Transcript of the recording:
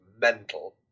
mental